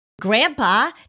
Grandpa